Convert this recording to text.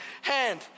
hand